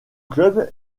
club